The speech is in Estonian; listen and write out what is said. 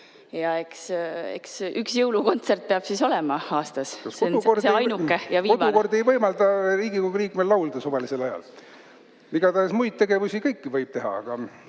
Ja eks üks jõulukontsert peab siis olema aastas. See ainuke ja viimane. Kas kodukord ei võimalda Riigikogu liikmel laulda suvalisel ajal? Igatahes muid tegevusi kõiki võib teha, aga